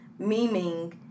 memeing